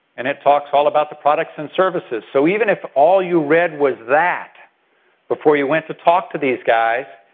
and it talks all about the products and services. so even if all you read was that before you went to talk to these guys,